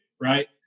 right